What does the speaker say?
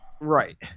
Right